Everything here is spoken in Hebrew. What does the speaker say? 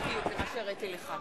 עד יום המשאל.